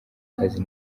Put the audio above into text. kazi